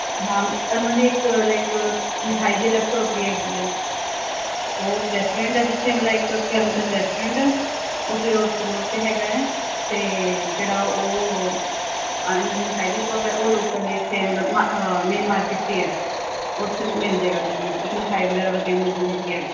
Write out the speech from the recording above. ਹਾਂ ਉਹਨਾਂ ਦੀ ਇੱਕ ਲਾਈਕ ਮਿਠਾਈ ਦੀ ਇੱਕ ਅਲੱਗ ਸ਼ੋਪ ਵੀ ਹੈਗੀ ਹੈ ਉਹ ਇੱਕ ਰੈਸਟੋਰੈਂਟ ਹੈ ਜਿੱਥੇ ਮਤਲਬ ਕਰਮ ਚੰਦ ਰੈਸਟੋਰੈਂਟ ਆ ਉਹ ਫਿਰ ਉਸ ਰੋਡ 'ਤੇ ਹੈਗਾ ਹੈ ਅਤੇ ਜਿਹੜਾ ਉਹ ਇਹਨਾਂ ਦੀ ਮਿਠਾਈ ਦੀ ਸ਼ੋਪ ਹੈ ਉਹ ਲੋਕਲ ਹੀ ਇੱਥੇ ਮਤਲਬ ਮਾ ਮੇਨ ਮਾਰਕੀਟ 'ਚ ਹੀ ਹੈ ਉੱਥੇ ਮਿਲ ਜਾਵੇਗਾ ਤੁਹਾਨੂੰ ਉੱਥੇ ਮਿਠਾਈ ਵਗੈਰਾ ਵਧੀਆ ਮਿਲ ਜਾਂਦੀ ਹੈ